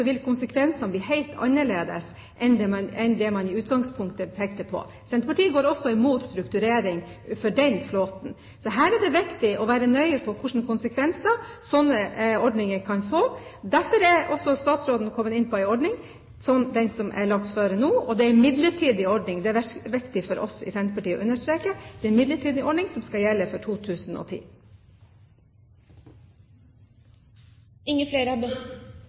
utgangspunktet pekte på. Senterpartiet går imot strukturering for den flåten. Det er viktig å være nøye på hva slags konsekvenser slike ordninger kan få. Derfor har statsråden kommet med den ordningen som foreligger nå, og den er midlertidig. Det er viktig for oss i Senterpartiet å understreke at det er en midlertidig ordning, som skal gjelde for 2010. Det var interessant å høre at representanten la slik vekt på at dette var en midlertidig ordning. Det har